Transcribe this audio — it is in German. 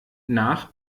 nach